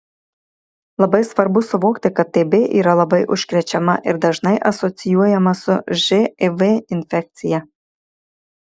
labai svarbu suvokti kad tb yra labai užkrečiama ir dažnai asocijuojama su živ infekcija